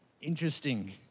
Interesting